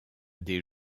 des